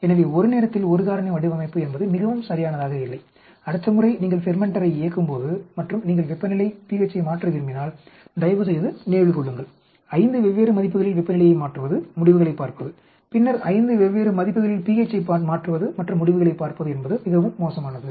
எனவே ஒரு நேரத்தில் ஒரு காரணி வடிவமைப்பு என்பது மிகவும் சரியானதாக இல்லை அடுத்த முறை நீங்கள் ஃபெர்மென்டாரை இயக்கும்போது மற்றும் நீங்கள் வெப்பநிலை pH ஐ மாற்ற விரும்பினால் தயவுசெய்து நினைவில் கொள்ளுங்கள் 5 வெவ்வேறு மதிப்புகளில் வெப்பநிலையை மாற்றுவது முடிவுகளைப் பார்ப்பது பின்னர் 5 வெவ்வேறு மதிப்புகளில் pH ஐ மாற்றுவது மற்றும் முடிவுகளைப் பார்ப்பது என்பது மிகவும் மோசமானது